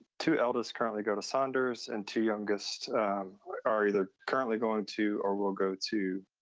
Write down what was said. two eldest currently go to saunders and two youngest are either currently going to or will go to